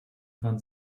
von